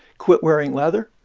quit wearing leather,